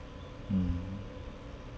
mm